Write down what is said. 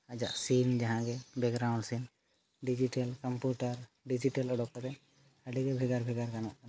ᱟᱡᱟᱜ ᱥᱤᱱ ᱡᱟᱦᱟᱜᱮ ᱵᱮᱠᱜᱨᱟᱣᱩᱸᱰ ᱥᱤᱱ ᱰᱤᱡᱤᱴᱮᱞ ᱠᱚᱢᱯᱤᱭᱩᱴᱟᱨ ᱰᱤᱡᱤᱴᱮᱞ ᱚᱰᱚᱠ ᱠᱟᱛᱮᱫ ᱟᱹᱰᱤᱜᱮ ᱵᱷᱮᱜᱟᱨ ᱵᱷᱮᱜᱟᱨ ᱜᱟᱱᱚᱜ ᱠᱟᱱᱟ